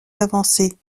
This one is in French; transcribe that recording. avancés